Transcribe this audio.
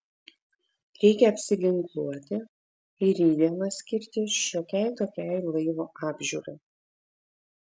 reikia apsiginkluoti ir rytdieną skirti šiokiai tokiai laivo apžiūrai